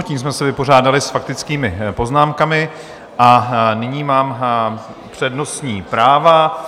Tím jsme se vypořádali s faktickými poznámkami a nyní mám přednostní práva.